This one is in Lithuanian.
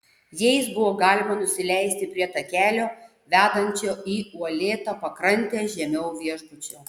jais buvo galima nusileisti prie takelio vedančio į uolėtą pakrantę žemiau viešbučio